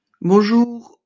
Bonjour